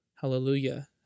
Hallelujah